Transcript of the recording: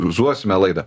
zuosime laidą